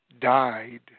died